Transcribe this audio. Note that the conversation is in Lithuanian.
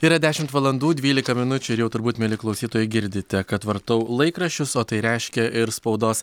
yra dešimt valandų dvylika minučių ir jau turbūt mieli klausytojai girdite kad vartau laikraščius o tai reiškia ir spaudos